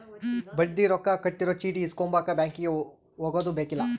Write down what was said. ಬಡ್ಡಿ ರೊಕ್ಕ ಕಟ್ಟಿರೊ ಚೀಟಿ ಇಸ್ಕೊಂಬಕ ಬ್ಯಾಂಕಿಗೆ ಹೊಗದುಬೆಕ್ಕಿಲ್ಲ